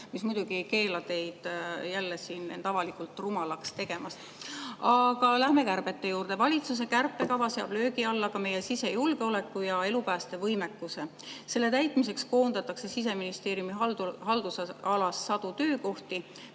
mis muidugi ei keela teid jälle siin end avalikult rumalaks tegemast. Aga läheme kärbete juurde. Valitsuse kärpekava seab löögi alla meie sisejulgeoleku ja elupäästevõimekuse. [Kärpekava] täitmiseks koondatakse Siseministeeriumi haldusalas sadu töökohti,